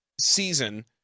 season